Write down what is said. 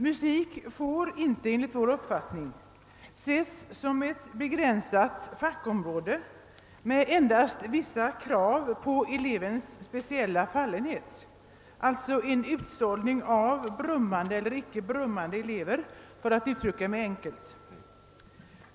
Musik får inte enligt vår uppfattning ses såsom ett begränsat fackområde med endast vissa krav på elevens speciella fallenhet, alltså en utsållning av brummande eller inte brummande elever, för att uttrycka mig enkelt.